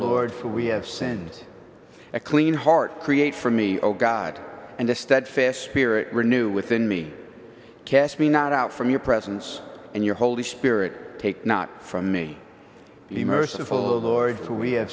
lord for we have sinned a clean heart create for me oh god and the steadfast spirit renew within me cast me not out from your presence and your holy spirit take not from me be merciful lord